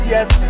Yes